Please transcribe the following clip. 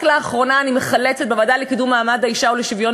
רק לאחרונה אני מחלצת בוועדה לקידום מעמד האישה ולשוויון